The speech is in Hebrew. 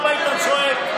פעם היית צועק,